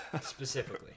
specifically